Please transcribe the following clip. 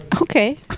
Okay